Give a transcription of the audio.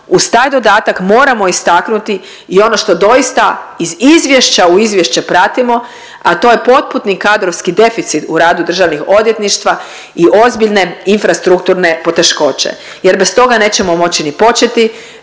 uz taj dodatak moramo istaknuti i ono što doista iz izvješća u izvješće pratimo, a to je potpuni kadrovski deficit u radu državnih odvjetništva i ozbiljne infrastrukturne poteškoće jer bez toga nećemo moći ni početi